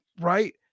right